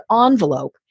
envelope